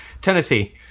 Tennessee